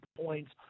points